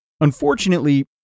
unfortunately